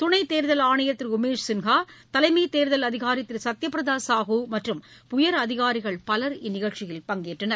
துணைதேர்தல் ஆணையர் திருஉமேஷ் சின்ஹா தலைமைதேர்தல் அதிகாரிதிருசத்யபிரதாசாஹூ மற்றும் உயர் அதிகாரிகள் பலர் இந்நிகழ்ச்சியில் பங்கேற்றனர்